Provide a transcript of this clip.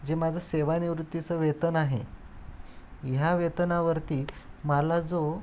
जे माझं सेवानिवृत्तीचं वेतन आहे ह्या वेतनावरती मला जो